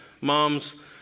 moms